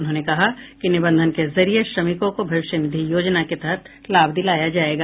उन्होंने कहा कि निबंधन के जरिये श्रमिकों को भविष्य निधि योजना के तहत लाभ दिलाया जायेगा